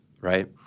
right